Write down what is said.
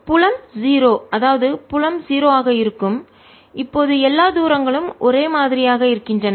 புலம் 0 அதாவது புலம் 0 ஆக இருக்கும் இப்போது எல்லா தூரங்களும் ஒரே மாதிரியாக இருக்கின்றன